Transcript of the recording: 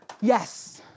Yes